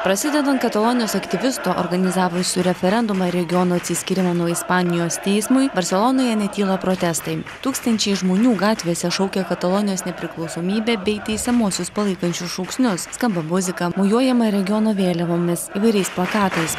prasidedant katalonijos aktyvistų organizavusių referendumą regiono atsiskyrimo nuo ispanijos teismui barselonoje netyla protestai tūkstančiai žmonių gatvėse šaukia katalonijos nepriklausomybę bei teisiamuosius palaikančius šūksnius skamba muzika mojuojama regiono vėliavomis įvairiais plakatais